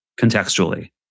contextually